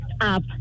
up